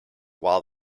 while